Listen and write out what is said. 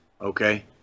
okay